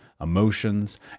emotions